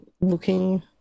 looking